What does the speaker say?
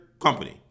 company